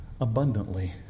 Abundantly